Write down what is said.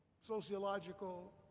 sociological